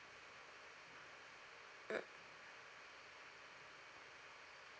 mm